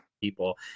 people